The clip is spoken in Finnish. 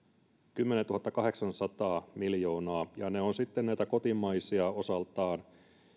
kymmenentuhattakahdeksansataa miljoonaa ja ne ovat sitten näitä kotimaisia osaltaan